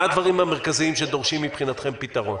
מה הדברים המרכזיים שדורשים מבחינתכם פתרון?